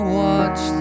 watch